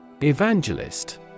Evangelist